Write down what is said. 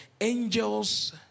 angels